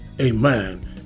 Amen